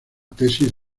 tesis